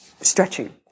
Stretching